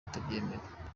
kutabyemera